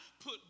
put